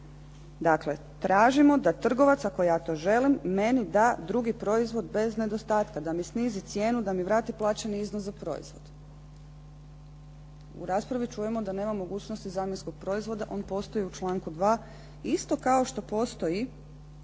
Dakle, tražimo da trgovac ako ja to želim meni da drugi proizvod bez nedostatka, da mi snizi cijenu, da mi vrati plaćeni iznos za proizvod. U raspravi čujemo da nema mogućnosti zamjenskog proizvoda. On postoji u članku 2. isto kao što postoji